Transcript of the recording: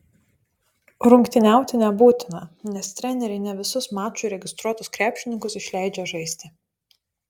rungtyniauti nebūtina nes treneriai ne visus mačui registruotus krepšininkus išleidžia žaisti